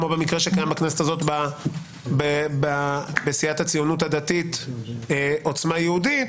כמו במקרה שקיים בכנסת הזאת בסיעת הציונות הדתית-עוצמה יהודית,